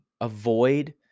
avoid